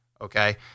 Okay